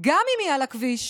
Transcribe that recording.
גם אם היא על הכביש,